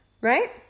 Right